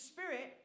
Spirit